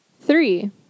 Three